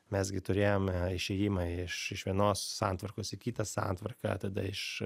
mes gi turėjome išėjimą iš iš vienos santvarkos į kitą santvarką tada iš